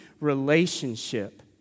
relationship